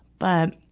but,